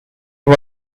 was